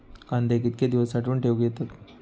कांदे कितके दिवस साठऊन ठेवक येतत?